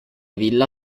villa